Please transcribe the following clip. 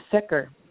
sicker